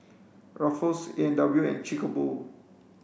Ruffles A and W and Chic a Boo